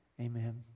Amen